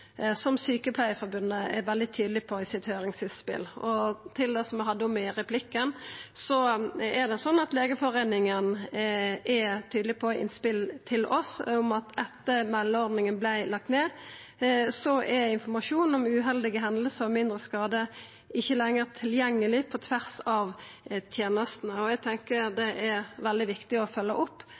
som Sykepleierforbundet er veldig tydeleg på i sitt høyringsinnspel. Og til det vi hadde om i replikkvekslinga: Legeforeningen er i innspel til oss tydeleg på at etter at meldeordninga vart lagd ned, er informasjon om uheldige hendingar og mindre skadar ikkje lenger tilgjengeleg på tvers av tenestene. Eg tenkjer at det er veldig viktig å følgja opp